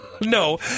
No